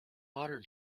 modern